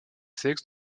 sexes